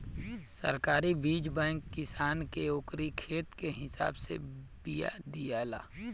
सरकारी बीज बैंक किसान के ओकरी खेत के हिसाब से बिया देला